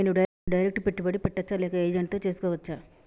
నేను డైరెక్ట్ పెట్టుబడి పెట్టచ్చా లేక ఏజెంట్ తో చేస్కోవచ్చా?